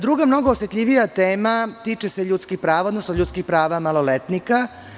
Druga mnogo osetljivija tema se tiče ljudskih prava, odnosno ljudskih prava maloletnika.